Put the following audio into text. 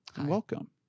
Welcome